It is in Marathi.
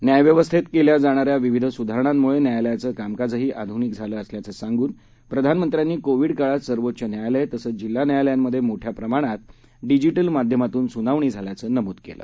न्यायव्यवस्थेतकेल्याजाणाऱ्याविविधसुधारणांमुळेन्यायालयांचंकामकाजहीआधुनिकझालंअसल्याचंसांगुनप्रधानमंत्र्यांनी कोविडकाळातसर्वोच्चन्यायालय तसंचजिल्हान्यायालयांमध्येमोठ्याप्रमाणातडिजिटलमाध्यमातूनस्नावणीझाल्याचंनमूदकेलं